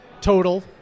total